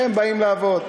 הם באים לעבוד.